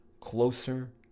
closer